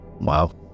wow